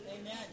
Amen